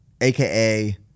aka